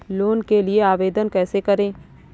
Loan के लिए आवेदन कैसे करें?